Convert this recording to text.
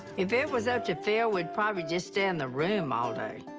if it was up to phil, we'd probably just stay in the room all day.